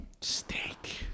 Steak